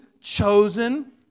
chosen